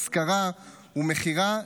השכרה ומכירה,